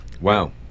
Wow